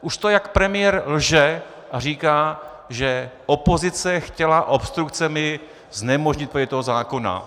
Už to, jak premiér lže a říká, že opozice chtěla obstrukcemi znemožnit projití toho zákona.